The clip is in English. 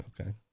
Okay